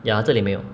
ya 这里没有